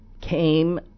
came